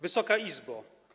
Wysoka Izbo!